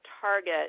target